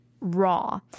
raw